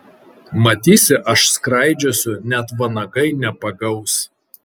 matysi aš skraidžiosiu net vanagai nepagaus